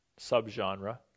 subgenre